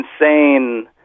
insane